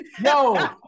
No